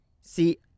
See